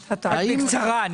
בקצרה.